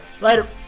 Later